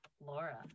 Laura